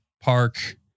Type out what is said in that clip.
park